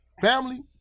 family